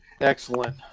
excellent